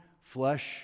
flesh